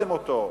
וקבעתם אותו?